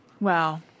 Wow